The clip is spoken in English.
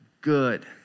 good